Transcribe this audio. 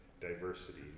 diversity